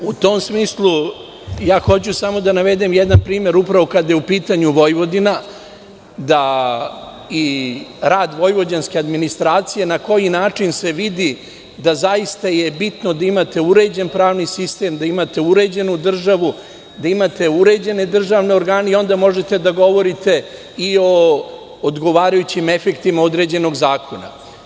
U tom smislu, hoću samo da navedem jedan primer, upravo kad je u pitanju Vojvodina i rad vojvođanske administracije, na koji način se vidi da je zaista bitno da imate uređen pravni sistem, da imate uređenu državu, da imate uređene državne organe i onda možete da govorite i o odgovarajućim efektima određenog zakona.